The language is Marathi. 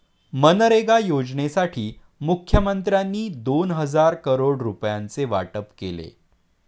मनरेगा योजनेसाठी मुखमंत्र्यांनी दोन हजार करोड रुपयांचे वाटप केले